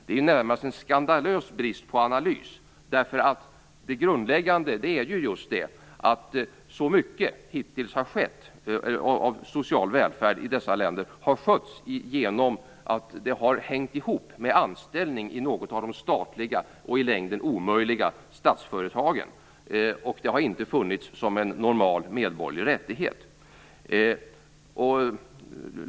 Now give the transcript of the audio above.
Det är närmast en skandalös brist på analys, därför att det grundläggande är att så mycket av den sociala välfärden i dessa länder hittills har hängt ihop med anställning i något av de i längden omöjliga statsföretagen. Välfärden har inte funnits som en normal medborgerlig rättighet.